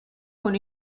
con